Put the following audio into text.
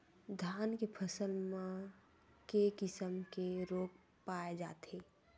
धान के फसल म के किसम के रोग पाय जाथे?